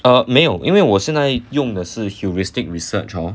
err 没有因为我现在用的是 heuristic research hor